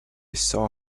saw